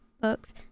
books